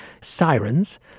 Sirens